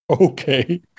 okay